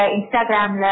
Instagram